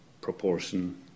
Proportion